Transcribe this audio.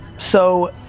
so,